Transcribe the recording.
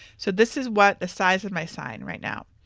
so this is what the size of my sign, right now.